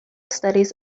studies